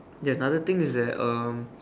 ya another thing is that um